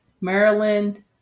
Maryland